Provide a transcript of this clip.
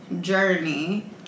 journey